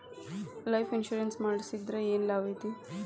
Life insurance ಮಾಡ್ಸಿದ್ರ ಏನ್ ಲಾಭೈತಿ?